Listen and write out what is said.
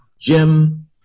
Jim